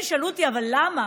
אם תשאלו אותי: אבל למה?